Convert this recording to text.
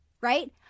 Right